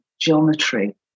geometry